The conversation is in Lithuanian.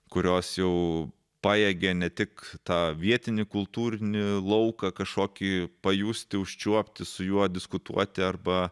kurios jau pajėgė ne tik tą vietinį kultūrinį lauką kažkokį pajusti užčiuopti su juo diskutuoti arba